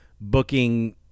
booking